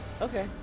Okay